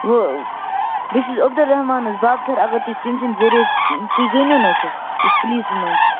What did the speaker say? بہٕ چھُس عبدالرحمانَس بابتھٔر اَگر تُہۍ تٔمۍ سٕندۍ ذٔریہِ تُہۍ زٲنۍ ہوٚن حظ سُہ یُس پُلیٖسَس منٛز چھِ